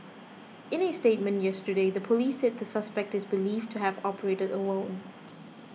in a statement yesterday the police said the suspect is believed to have operated alone